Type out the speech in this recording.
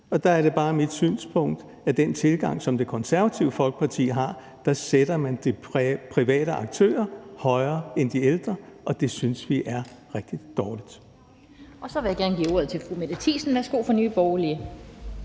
Der er det bare mit synspunkt, at med den tilgang, som Det Konservative Folkeparti har, sætter man de private aktører højere end de ældre, og det synes vi er rigtig dårligt. Kl. 16:18 Den fg. formand (Annette Lind): Så vil jeg gerne give ordet til fru Mette Thiesen fra Nye Borgerlige.